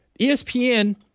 ESPN